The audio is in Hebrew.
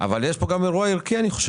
שיש פה גם אירוע ערכי.